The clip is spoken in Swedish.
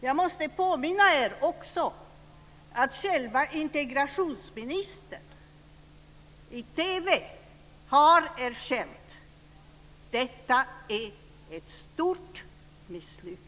Jag måste också påminna er om att integrationsministern i TV har erkänt att detta är ett stort misslyckande.